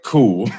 Cool